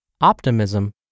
Optimism